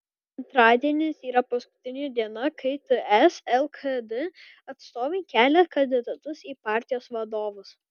antradienis yra paskutinė diena kai ts lkd atstovai kelia kandidatus į partijos vadovus